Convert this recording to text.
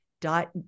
dot